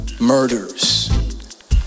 murders